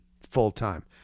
full-time